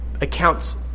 accounts